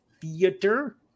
Theater